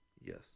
Yes